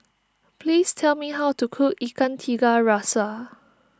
please tell me how to cook Ikan Tiga Rasa